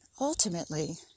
ultimately